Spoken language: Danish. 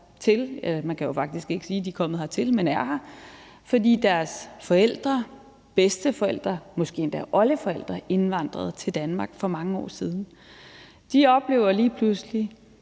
– man kan jo faktisk ikke sige, de er kommet hertil, for de er her – fordi deres forældre, bedsteforældre, måske endda oldeforældre indvandrede til Danmark for mange år siden. De oplever lige pludselig,